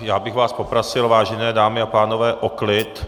Já bych poprosil, vážené dámy a pánové, o klid.